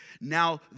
Now